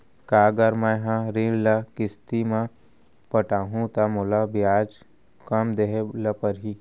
का अगर मैं हा ऋण ल किस्ती म पटाहूँ त मोला ब्याज कम देहे ल परही?